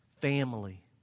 family